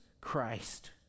Christ